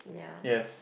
yes